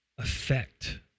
affect